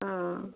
অঁ